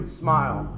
smile